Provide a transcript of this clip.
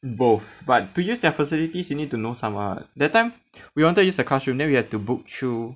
both but to use their facilities you need to know someone what that time we wanted use a classroom then we have to book through